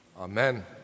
Amen